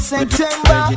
September